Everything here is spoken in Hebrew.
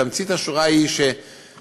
תמצית השורה היא שהמשרד,